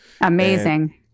amazing